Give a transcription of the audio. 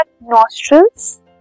nostrils